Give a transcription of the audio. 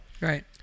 right